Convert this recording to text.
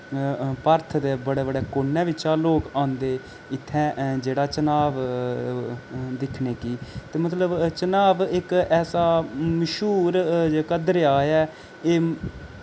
भारत दे बड़े बड़े कोने बिच्चा लोक आंदे इत्थें जेह्ड़ा चेनाब दिक्खने गी ते मतलब चेनाब इक ऐसा मश्हूर जेह्का दरेया ऐ एह्